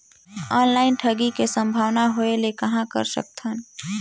Online ठगी के संभावना होय ले कहां कर सकथन?